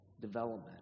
development